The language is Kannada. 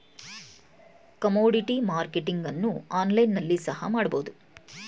ಕಮೋಡಿಟಿ ಮಾರ್ಕೆಟಿಂಗ್ ಅನ್ನು ಆನ್ಲೈನ್ ನಲ್ಲಿ ಸಹ ಮಾಡಬಹುದು